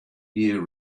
year